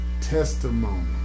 testimony